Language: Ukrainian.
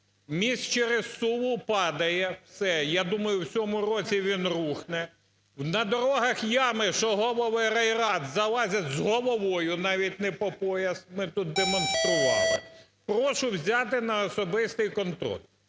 Міст через Сулу падає, все, я думаю, в цьому році він рухне. На дорогах ями, що голови райрад залазять з головою, навіть не по пояс, ми тут демонстрували. Прошу взяти на особистий контроль.